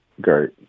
Great